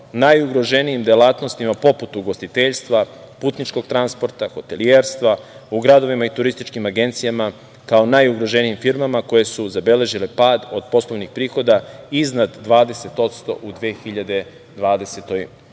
najugroženijim delatnostima poput ugostiteljstva, putničkog transporta, hotelijerstva, u gradovima i turističkim agencijama kao najugroženijim firmama koje su zabeležile pada od poslovnih prihoda iznad 20% u 2020.